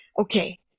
Okay